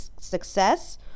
success